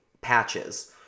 patches